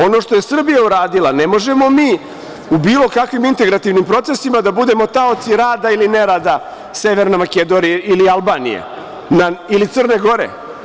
Ono što je Srbija uradila ne možemo mi u bilo kakvim integrativnim procesima da budemo taoci rada ili nerada Severne Makedonije ili Albanije ili Crne Gore.